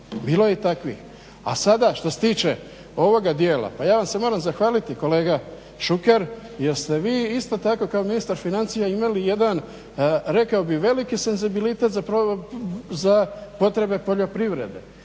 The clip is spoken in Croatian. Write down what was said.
bilo je i takvih. A sada što se tiče ovoga dijela, pa ja vam se moram zahvaliti kolega Šuker jer ste vi isto tako kao ministar financija imali jedan rekao bih veliki senzibilitet za potrebe poljoprivrede,